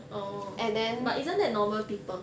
orh but isn't that normal people